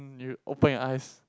you open your eyes